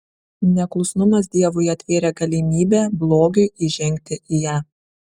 neklusnumas dievui atvėrė galimybę blogiui įžengti į ją